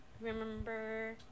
remember